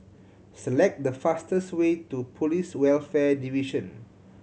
select the fastest way to Police Welfare Division